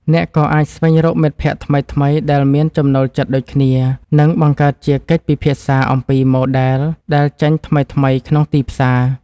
អ្នកក៏អាចស្វែងរកមិត្តភក្ដិថ្មីៗដែលមានចំណូលចិត្តដូចគ្នា និងបង្កើតជាកិច្ចពិភាក្សាអំពីម៉ូដែលដែលចេញថ្មីៗក្នុងទីផ្សារ។